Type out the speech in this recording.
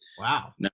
Wow